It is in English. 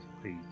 please